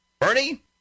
Bernie